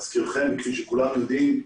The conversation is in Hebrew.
להזכירכם, כפי שכולם יודעים,